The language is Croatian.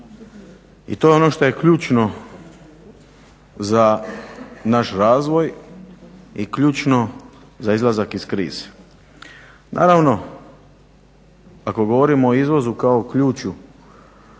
i to je ono što je ključno za naš razvoj i ključno za izlazak iz krize. Naravno ako govorimo o izvozu kao ključu